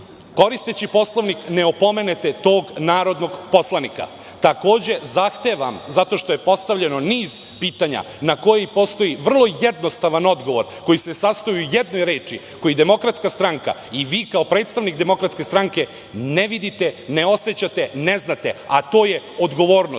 koristeći Poslovnik, ne opomenete tog narodnog poslanika. Takođe zahtevam, zato što je postavljeno niz pitanja na koje postoji vrlo jednostavan odgovor koji se sastoji u jednoj reči, koji DS i vi kao predstavnik DS ne vidite, ne osećate, ne znate, a to je – odgovornost.